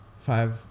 Five